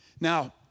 Now